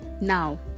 now